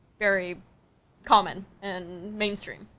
very common, and mainstream,